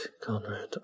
Conrad